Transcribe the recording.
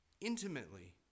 intimately